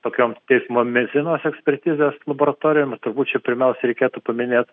tokiom teismo medicinos ekspertizės laboratorijom ir tūrbūt čia pirmiausia reikėtų paminėt